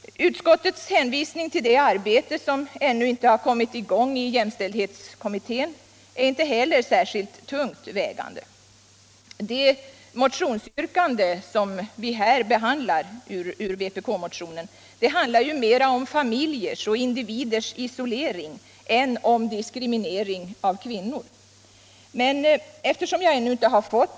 Utskotutets hänvisning till det arbete som ännu inte har kommit i gång i jämställdhetskommittén är inte heller särskilt tungt vägande. Det yrkande i vpk-motionen som vi här behandlar rör sig ju mera om familjers och individers isolering än om diskriminering av kvinnor. Men eftersom jag.